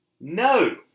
No